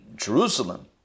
Jerusalem